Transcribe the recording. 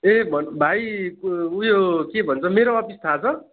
ए भन् भाइ उयो के भन्छ मेरो अफिस थाहा छ